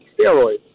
steroids